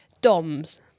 DOMS